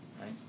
right